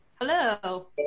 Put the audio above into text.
Hello